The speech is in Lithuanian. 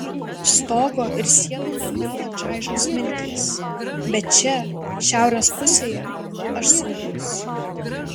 stogo ir sienų metalą čaižo smiltys bet čia šiaurės pusėje aš saugus